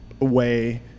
away